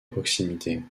proximité